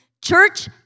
church